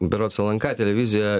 berods lnk televizija